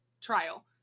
trial